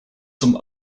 some